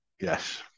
Yes